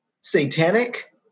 Satanic